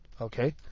okay